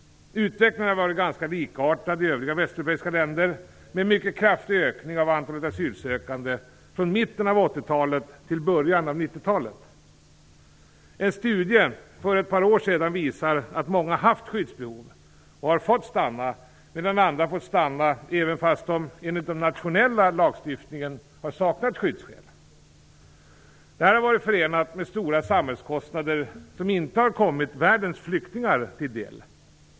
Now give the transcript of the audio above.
Utvecklingen har varit ganska likartad i övriga västeuropeiska länder med mycket kraftig ökning av antalet asylsökande från mitten av 80-talet till början av 90-talet. En studie för ett par år sedan visade att många haft skyddsbehov och har fått stanna, medan andra fått stanna trots att de enligt den nationella lagstiftningen har saknat skyddsskäl. Detta har varit förenat med stora samhällskostnader, som inte har kommit världens flyktingar till del.